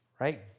right